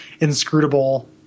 inscrutable